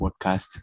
podcast